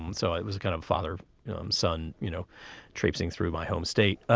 and so it was kind of father um son you know traipsing through my home state.